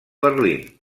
berlín